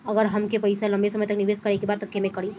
अगर हमके पईसा लंबे समय तक निवेश करेके बा त केमें करों?